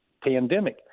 pandemic